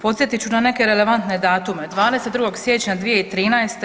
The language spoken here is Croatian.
Podsjetit ću na neke relevantne datume, 22. siječnja 2013.